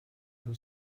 you